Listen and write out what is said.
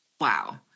Wow